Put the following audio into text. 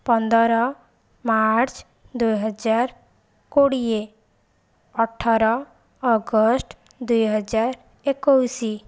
ପନ୍ଦର ମାର୍ଚ୍ଚ ଦୁଇହଜାର କୋଡ଼ିଏ ଅଠର ଅଗଷ୍ଟ ଦୁଇହଜାର ଏକୋଇଶି